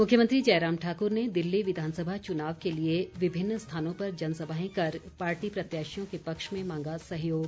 मुख्यमंत्री जयराम ठाकुर ने दिल्ली विधानसभा चुनाव के लिए विभिन्न स्थानों पर जनसभाएं कर पार्टी प्रत्याशियों के पक्ष में मांगा सहयोग